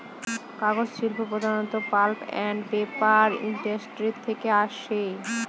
কাগজ শিল্প প্রধানত পাল্প আন্ড পেপার ইন্ডাস্ট্রি থেকে আসে